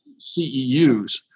CEUs